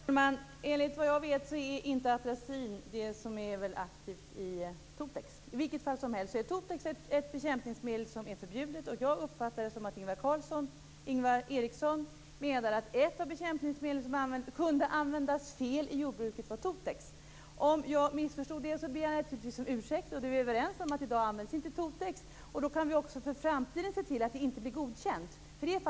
Herr talman! Enligt vad jag vet är inte atracin det ämne som är aktivt i Totex. I vilket fall som helst är Totex ett bekämpningsmedel som är förbjudet. Jag uppfattade det som att Ingvar Eriksson menade att ett av de bekämpningsmedel som kunde användas fel i jordbruket var Totex. Om jag missförstod ber jag naturligtvis om ursäkt. I så fall är vi överens om att Totex i dag inte används, och då kan vi också för framtiden se till att det inte blir godkänt.